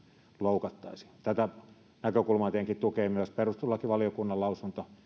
loukattaisiin tätä näkökulmaa tietenkin tukee myös perustuslakivaliokunnan lausunto